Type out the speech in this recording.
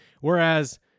whereas